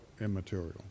immaterial